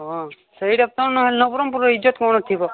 ହଁ ସେଇ ଡାକ୍ତର ନହେଲେ ନବରଙ୍ଗପୁରର ଇଜ୍ଜତ କ'ଣ ଥିବ